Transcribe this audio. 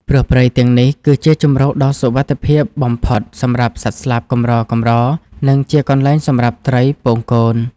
ព្រោះព្រៃទាំងនេះគឺជាជម្រកដ៏សុវត្ថិភាពបំផុតសម្រាប់សត្វស្លាបកម្រៗ និងជាកន្លែងសម្រាប់ត្រីពងកូន។